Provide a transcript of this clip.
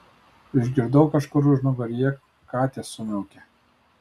išgirdau kažkur užnugaryje katės sumiaukė